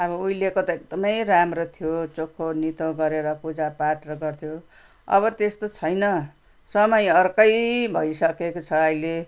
अब उहिले एकदमै राम्रो थियो चोखोनितो गरेर पूजापाठ र गर्थ्यो अब त्यस्तो छैन समय अर्कै भइसकेको छ अहिले